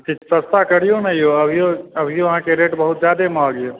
किछु सस्ता करियौ ने यौ अभियो अहाँ के रेट बहुत जादे महग अइ